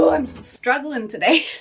so i'm struggling today.